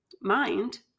mind